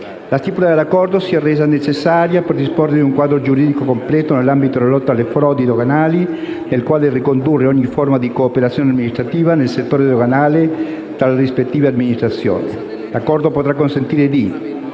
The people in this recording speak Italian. La stipula dell'Accordo si è resa necessaria per disporre di un quadro giuridico completo nell'ambito della lotta alle frodi doganali, nel quale ricondurre ogni forma di cooperazione amministrativa nel settore doganale tra le rispettive amministrazioni. L'Accordo potrà consentire di